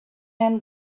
men